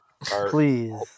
please